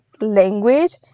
language